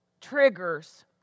triggers